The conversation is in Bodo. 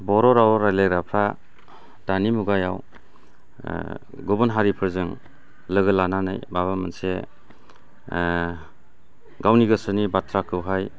बर' राव रायज्लायग्राफ्रा दानि मुगायाव गुबुन हारिफोरजों लोगो लानानै माबा मोनसे गावनि गोसोनि बाथ्राखौहाय